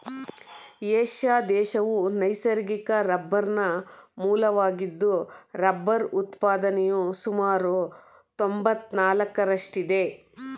Asia ದೇಶವು ನೈಸರ್ಗಿಕ ರಬ್ಬರ್ನ ಮೂಲವಾಗಿದ್ದು ರಬ್ಬರ್ ಉತ್ಪಾದನೆಯು ಸುಮಾರು ತೊಂಬತ್ನಾಲ್ಕರಷ್ಟಿದೆ